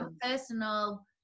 personal